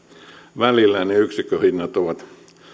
välillä niin yksikköhinnat ovat